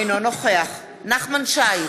אינו נוכח נחמן שי,